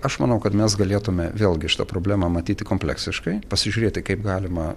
aš manau kad mes galėtume vėlgi šitą problemą matyti kompleksiškai pasižiūrėti kaip galima